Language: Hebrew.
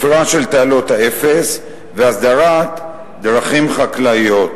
חפירה של תעלות האפס והסדרת דרכים חקלאיות,